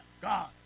God